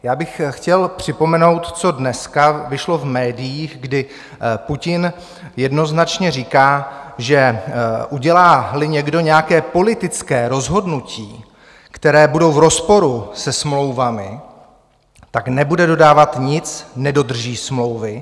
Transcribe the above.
Já bych chtěl připomenout, co dneska vyšlo v médiích, kdy Putin jednoznačně říká, že uděláli někdo nějaké politické rozhodnutí, které bude v rozporu se smlouvami, tak nebude dodávat nic, nedodrží smlouvy.